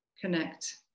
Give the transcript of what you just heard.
connect